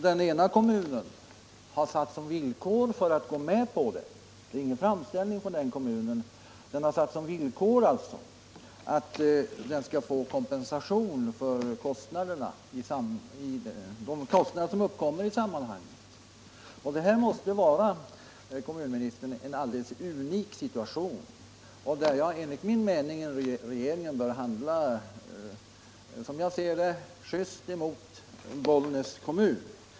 Den ena kommunen har satt som villkor för att gå med på indelningsändringen — det föreligger ingen framställning från den kommunen — att man skall få kompensation för de kostnader som uppkommer i sammanhanget. Det här måste, herr kommunminister, vara en alldeles unik situation. | Enligt min mening bör regeringen handla just mot Bollnäs kommun.